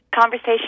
conversation